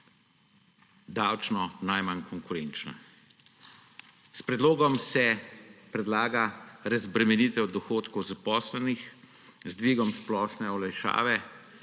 davčno najmanj konkurenčna. S predlogom se predlaga razbremenitev dohodkov zaposlenih z dvigom splošne olajšave